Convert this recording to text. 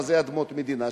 מה זה אדמות מדינה?